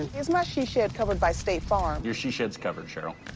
and is my she shed covered by state farm? your she shed's covered, cheryl.